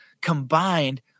combined